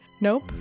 nope